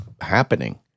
happening